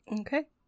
okay